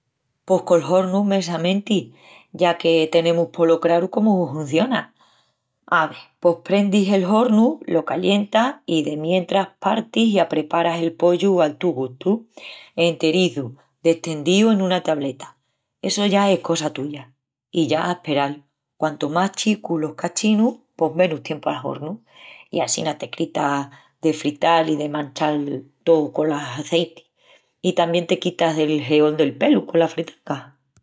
Pos col hornu mesamenti, que ya tenemus polo craru comu hunciona. Ave, pos prendis el hornu, lo calientas i demientras partis i apreparas el pollu al tu gustu. Enterizu, destendíu en una tableta, essu ya es cosa tuya. I ya a asperal, quantu más chicus los cachinus pos menos tiempu al hornu. I assina te quitas de frital i de manchal tó cola azeiti, i tamién te quitas del heol del pelu cola fritanga.